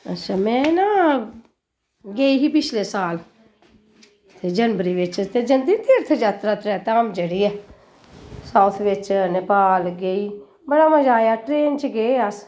अच्छा में ना गेई ही पिछले साल जनबरी बिच ते जंदी तीरथ जात्तरा धाम जेह्ड़ी ऐ साथ बिच नेपाल गेई बड़ा मजा आया ट्रेन च गे हे अस